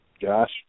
Josh